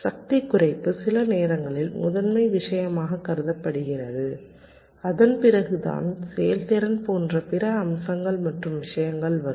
சக்தி குறைப்பு சில நேரங்களில் முதன்மை விஷயமாகக் கருதப்படுகிறது அதன் பிறகுதான் செயல்திறன் போன்ற பிற அம்சங்கள் மற்றும் விஷயங்கள் வரும்